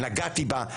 נגעתי בה.